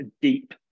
deep